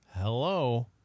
Hello